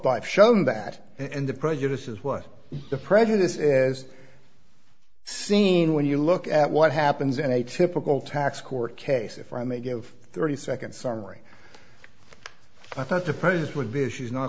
by shown that in the prejudice is what the prejudice is seen when you look at what happens in a typical tax court case if i may give thirty seconds summary i thought the pose would be she's not